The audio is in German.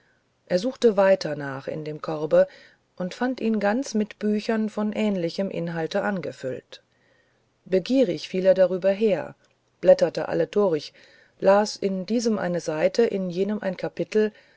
er suchte weiter nach in dem korbe und fand ihn ganz mit büchern von ähnlichem inhalte angefüllt begierig fiel er darüber her blätterte alle durch las in diesem eine seite in jenem ein kapitel